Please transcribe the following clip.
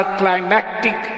climactic